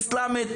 אסלאמית,